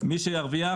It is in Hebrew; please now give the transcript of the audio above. ומי שירוויח